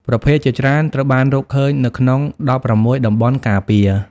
ប្រភេទជាច្រើនត្រូវបានរកឃើញនៅក្នុង ១៦ តំបន់ការពារ។